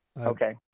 Okay